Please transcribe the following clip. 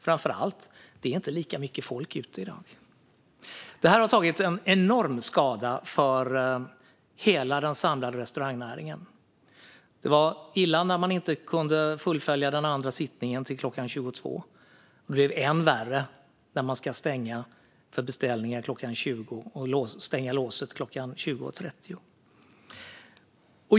Framför allt är det inte heller lika mycket folk ute i dag som tidigare. Detta har inneburit en enorm skada för den samlade restaurangnäringen. Det var illa när man inte kunde fullfölja den andra sittningen till klockan 22, och det blev än värre när man nu ska stänga för beställningar klockan 20 och låsa klockan 20.30.